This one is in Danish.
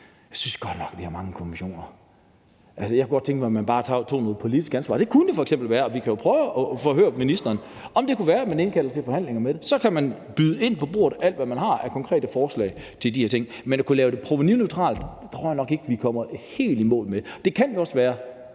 synes jeg godt nok, vi har mange kommissioner. Jeg kunne godt tænke mig, at man bare tog noget politisk ansvar. Det kunne jo være, at vi kunne prøve at høre ministeren, om man ville indkalde til forhandlinger om det. Så kunne man byde ind på bordet med alt, hvad man havde af konkrete forslag til de her ting. Man kunne lave det provenuneutralt, men det tror jeg nok ikke vi kommer helt i mål med. Det kan jo også være,